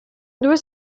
due